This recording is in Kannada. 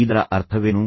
ಇದರ ಅರ್ಥವೇನು